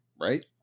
right